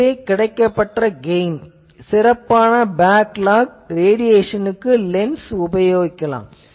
இதுவே கிடைக்கப்பெற்ற கெயின் சிறப்பான பேக்லாக் ரேடியேசனுக்கு லென்ஸ் உபயோகிக்கலாம்